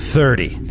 Thirty